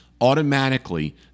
automatically